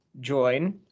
join